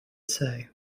say